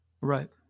Right